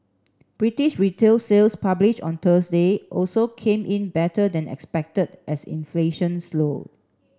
British retail sales published on Thursday also came in better than expected as inflation slowed